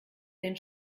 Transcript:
den